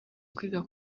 kwiga